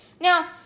Now